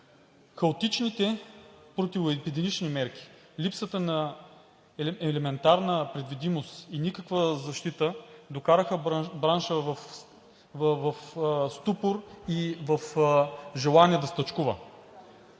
Хаотичните противоепидемични мерки, липсата на елементарна предвидимост и никаква защита докараха бранша в ступор и в желание да стачкува.